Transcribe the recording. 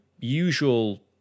usual